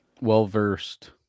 well-versed